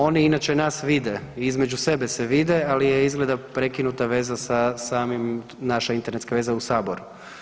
Oni inače nas vide i između sebe se vide, ali je izgleda prekinuta veza sa samim, naša internetska veza u saboru.